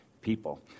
people